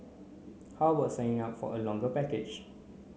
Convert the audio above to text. how about signing up for a longer package